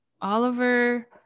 Oliver